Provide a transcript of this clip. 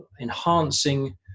enhancing